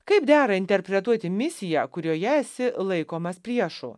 kaip dera interpretuoti misiją kurioje esi laikomas priešu